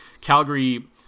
Calgary